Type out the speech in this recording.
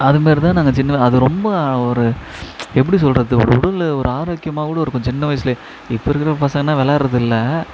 அதுமாரி தான் நாங்கள் சின்ன அது ரொம்ப ஒரு எப்படி சொல்கிறது ஒரு உடல் ஒரு ஆரோக்கியமாக கூட இருக்கும் சின்ன வயசிலேயே இப்போ இருக்கிற பசங்கள் என்ன விளாட்றதில்ல